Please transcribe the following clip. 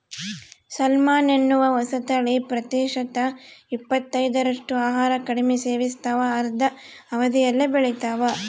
salmon ಎನ್ನುವ ಹೊಸತಳಿ ಪ್ರತಿಶತ ಇಪ್ಪತ್ತೈದರಷ್ಟು ಆಹಾರ ಕಡಿಮೆ ಸೇವಿಸ್ತಾವ ಅರ್ಧ ಅವಧಿಯಲ್ಲೇ ಬೆಳಿತಾವ